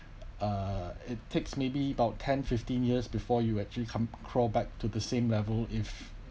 uh it takes maybe about ten fifteen years before you actually come crawl back to the same level if